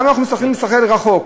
למה אנחנו צריכים ללכת רחוק,